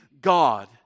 God